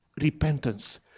repentance